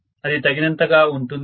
అది తగినంతగా ఉంటుంది